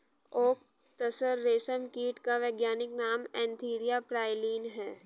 okay तसर रेशम कीट का वैज्ञानिक नाम एन्थीरिया प्राइलीन है